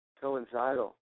coincidental